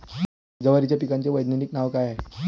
जवारीच्या पिकाचं वैधानिक नाव का हाये?